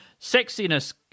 Sexiness